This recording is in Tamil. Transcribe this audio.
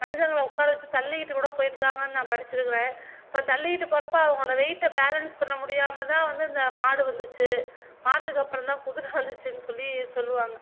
மனிதர்களை உக்கார வச்சு தள்ளிக்கிட்டு கூட போயிருக்காங்கனு நான் படிச்சிருக்கிறேன் இப்போ தள்ளிக்கிட்டு போகிறப்ப அவங்ளோட வெயிட்டை பேலண்ஸ் பண்ண முடியாமல்தான் வந்து இந்த மாடு வந்துச்சு மாட்டுக்கு அப்புறந்தான் குதிரை வந்திச்சுனு சொல்லி சொல்லுவாங்க